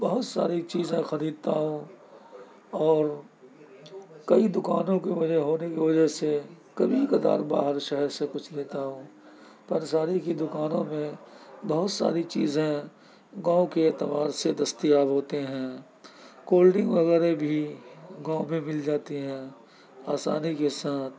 بہت ساری چیزیں خریدتا ہوں اور کئی دوکانوں کے میرے ہونے کی وجہ سے کبھی کبھار باہر شہر سے کچھ لیتا ہوں پنساری کی دوکانوں میں بہت ساری چیزیں گاؤں کے اعتبار سے دستیاب ہوتے ہیں کولڈ ڈرنک وغیرہ بھی گاؤں میں مل جاتی ہیں آسانی کے ساتھ